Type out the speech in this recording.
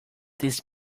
this